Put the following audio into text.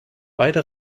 beide